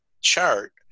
chart